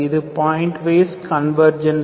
இது point wise convergence